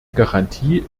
garantie